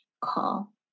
call